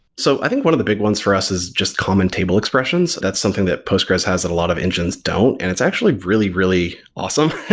so, i think one of the big ones for us is just common table expressions. that's something that postgres has that a lot of engines don't, and it's actually really, really awesome.